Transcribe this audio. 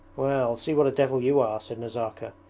well, see what a devil you are said nazarka.